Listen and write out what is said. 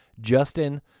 Justin